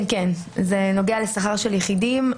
כן, זה נוגע לשכר של יחידים.